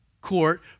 court